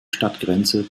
stadtgrenze